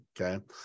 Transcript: Okay